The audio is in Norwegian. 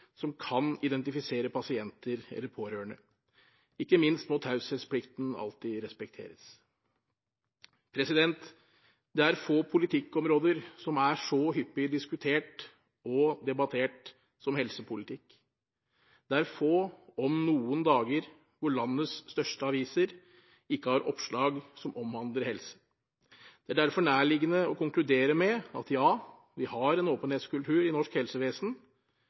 som kan identifisere pasienter eller pårørende. Ikke minst må taushetsplikten alltid respekteres. Det er få politikkområder som er så hyppig diskutert og debattert som helsepolitikk, og det er få dager – om noen – landets største aviser ikke har oppslag som omhandler helse. Det er derfor nærliggende å konkludere med: Ja, vi har en åpenhetskultur i norsk helsevesen,